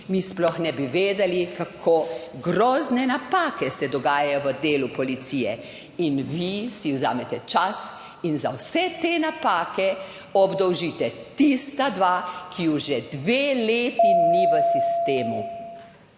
mi sploh ne bi vedeli, kako grozne napake se dogajajo v delu policije. In vi si vzamete čas in za vse te napake obdolžite tista dva, ki ju že dve leti ni v sistemu.